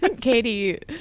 Katie